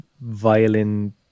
violin